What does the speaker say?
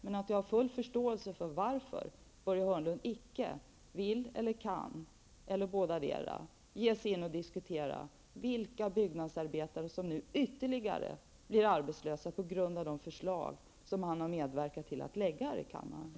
Men jag har full förståelse för varför Börje Hörnlund icke vill eller kan -- eller bådadera -- ge sig in på att diskutera vilka byggnadsarbetare som nu ytterligare blir arbetslösa på grund av de förslag som han har medverkat till att lägga fram för riksdagen.